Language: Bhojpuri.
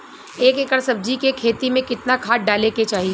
एक एकड़ सब्जी के खेती में कितना खाद डाले के चाही?